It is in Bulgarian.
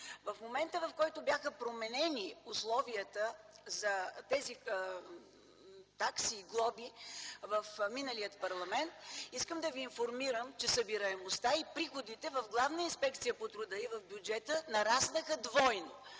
В момента, в който бяха променени условията за тези такси и глоби в миналия парламент, искам да ви информирам, че събираемостта и приходите в Главна инспекция по труда и в бюджета нараснаха двойно.